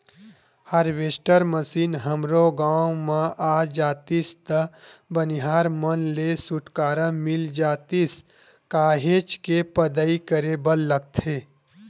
harvester machine हमरो गाँव म आ जातिस त बनिहार मन ले छुटकारा मिल जातिस काहेच के पदई करे बर लगथे